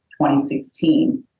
2016